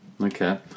Okay